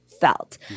Felt